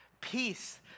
peace